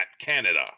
Canada